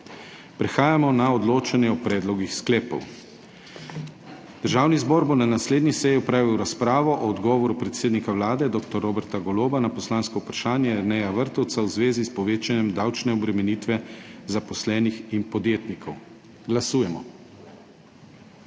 Prehajamo na odločanje o predlogih sklepov. Državni zbor bo na naslednji seji opravil razpravo o odgovoru predsednika Vlade dr. Roberta Goloba na poslansko vprašanje Jerneja Vrtovca v zvezi s povečanjem davčne obremenitve zaposlenih in podjetnikov. Glasujemo.